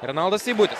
renaldas seibutis